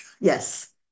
Yes